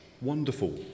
wonderful